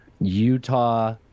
Utah